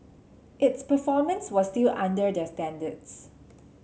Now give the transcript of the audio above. its performance was still under their standards